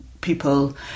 people